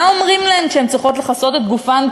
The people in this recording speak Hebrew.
מה אומרים להן כשהן צריכות לכסות את גופן,